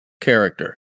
character